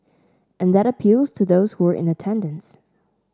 and that appeals to those who were in attendance